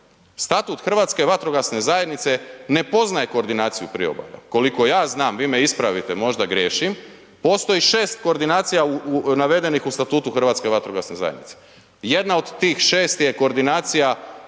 Statut HVZ-a ne poznaje koordinaciju priobalja. Koliko ja znam, vi me ispravite, možda griješim, postoji 6 koordinacija u navedenih u Statutu Hrvatske vatrogasne zajednice. Jedna od tih 6 je Koordinacija